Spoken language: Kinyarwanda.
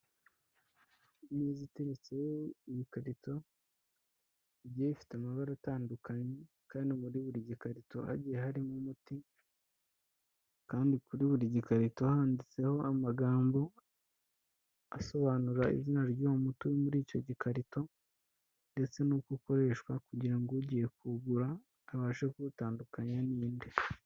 Imeza iteretse, ibikarito bigiye bifite amabara atandukanye, kandi muri buri gikarito hagiye harimo umuti, kandi kuri buri gikarito handitseho amagambo asobanura izina ry'uwo muti uri muri icyo gikarito ndetse n'uko ukoreshwa, kugira ngo ugiye kuwugura abashe kuwutandukanya n'indi.